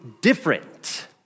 different